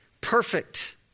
perfect